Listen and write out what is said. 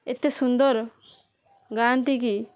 ଏତେ ସୁନ୍ଦର ଗାଆନ୍ତି କି